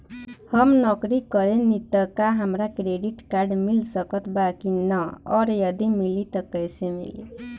हम नौकरी करेनी त का हमरा क्रेडिट कार्ड मिल सकत बा की न और यदि मिली त कैसे मिली?